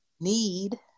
need